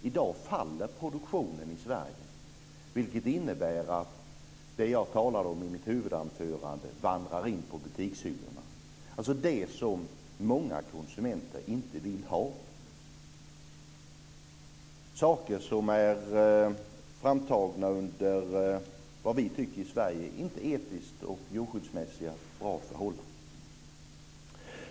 I dag faller produktionen i Sverige, vilket innebär att det jag talade om i mitt huvudanförande vandrar in på butikshyllorna, alltså det som många konsumenter inte vill ha: saker som är framtagna under vad vi i Sverige tycker inte är etiskt och djurskyddsmässigt bra förhållanden.